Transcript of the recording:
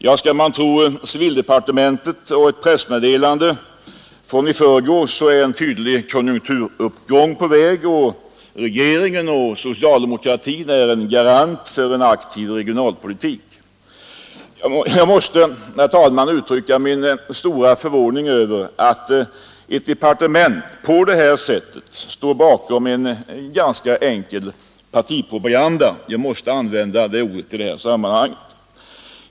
Ja, skall man tro civildepartementet och ett pressmeddelande från i förrgår är en tydlig konjunkturuppgång på väg, och regeringen och socialdemokratin är en garant för en aktiv regionalpolitik. Jag uttrycker, herr talman, min stora förvåning över att ett departement på det här sättet står bakom en ganska enkel partipropaganda — jag måste använda det ordet i detta sammanhang.